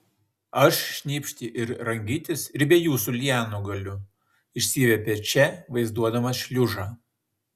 aš šnypšti ir rangytis ir be jūsų lianų galiu išsiviepė če vaizduodamas šliužą